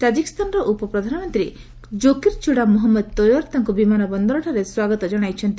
ତାଜିକିସ୍ତାନର ଉପ ପ୍ରଧାନମନ୍ତ୍ରୀ Zokirzoda Mahmadtoir ତାଙ୍କୁ ବିମାନ ବନ୍ଦରଠାରେ ସ୍ୱାଗତ ଜଣାଇଛନ୍ତି